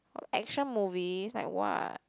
action movies like what